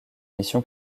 mission